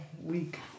week